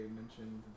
mentioned